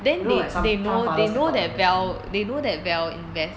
you like some some fathers can talk about investment [one]